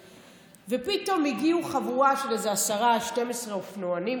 פתאום הגיעו חבורה של איזה 10 12 אופנוענים